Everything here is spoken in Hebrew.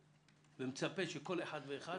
אני מבקש ומצפה שכל אחד ואחד,